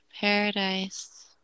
paradise